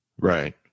Right